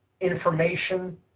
information